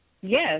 Yes